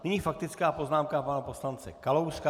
Nyní faktická poznámka pana poslance Kalouska.